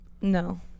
No